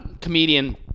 comedian